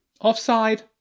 Offside